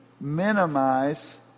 minimize